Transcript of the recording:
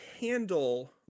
handle